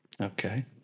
Okay